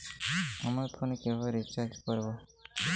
আমার ফোনে কিভাবে রিচার্জ করবো?